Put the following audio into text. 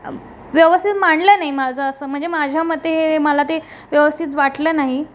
व्यवस्थित मांडलं नाही माझं असं म्हणजे माझ्या मते मला ते व्यवस्थित वाटलं नाही